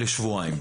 לשבועיים,